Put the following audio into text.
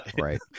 Right